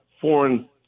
foreign